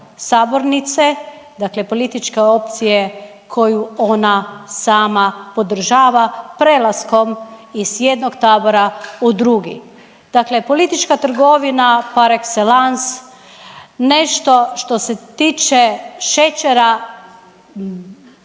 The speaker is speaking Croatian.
sabornice, dakle političke opciju koju ona sama podržava prelaskom iz jednog tabora u drugi. Dakle politička trgovina par excellence, nešto što se tiče šećera,